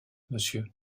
monsieur